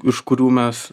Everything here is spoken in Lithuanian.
iš kurių mes